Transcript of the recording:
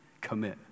Commit